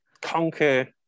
conquer